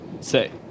Say